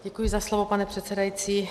Děkuji za slovo, pane předsedající.